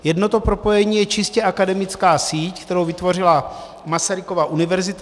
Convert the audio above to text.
Jedno to propojení je čistě akademická síť, kterou vytvořila Masarykova univerzita.